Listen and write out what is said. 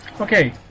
Okay